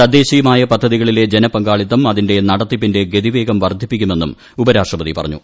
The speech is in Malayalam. തദ്ദേശീയമായ പദ്ധതികളിലെ ജനപങ്കാളിത്തം അതിന്റെ നടത്തിപ്പിന്റെ ഗതിവേഗം വർദ്ധിപ്പിക്കുമെന്നും ഉപരാഷട്രപതി പറഞ്ഞു